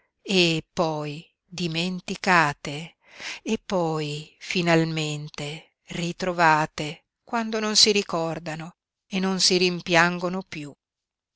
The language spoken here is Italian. e poi dimenticate e poi finalmente ritrovate quando non si ricordano e non si rimpiangono piú